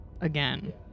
again